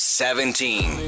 seventeen